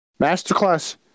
Masterclass